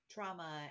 trauma